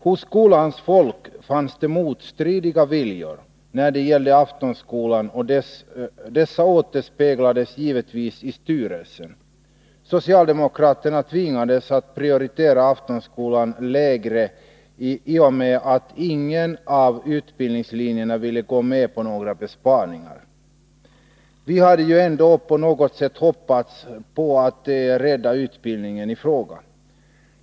Hos skolans folk fanns det motstridiga viljor när det gällde Aftonskolan, och detta återspeglades givetvis i styrelsen. Socialdemokraterna tvingades att prioritera Aftonskolan lägre i och med att man inte på någon av utbildningslinjerna ville gå med på några besparingar. Vi hade ändå hoppats att på något sätt rädda utbildningen i fråga.